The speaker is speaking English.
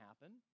happen